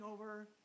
over